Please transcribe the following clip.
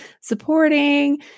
supporting